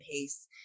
pace